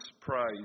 praise